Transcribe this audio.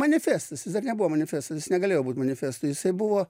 manifestas jis dar nebuvo manifestas negalėjo būt manifestu jisai buvo